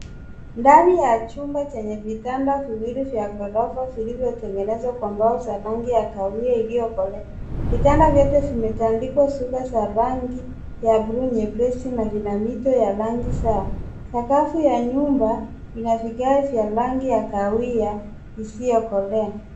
Ndani ya chumba chenye vitanda viwili vya ghorofa vilivyotengenezwa kwa mbao za rangi ya kahawia iliyokolea. Vitanda vyote vimetandikwa shuka za rangi ya bluu nyepesi na lina mito ya rangi sawa. Sakafu ya nyumba, ina vigae ya rangi ya kahawia, isiyo kolea.